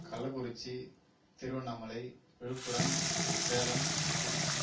Kallakurichi Tiruvannamalai Villupuram Salem Trichy